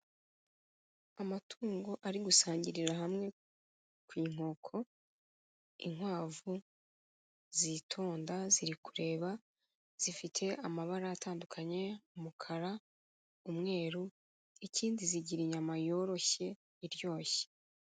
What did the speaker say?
Amatungo ari gusangirira hamwe ku inkoko, inkwavu zitonda ziri kureba zifite amabara atandukanye umukara, umweru ikindi zigira inyama yoroshye iryoshye.